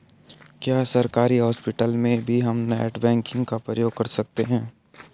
क्या सरकारी हॉस्पिटल में भी हम नेट बैंकिंग का प्रयोग कर सकते हैं?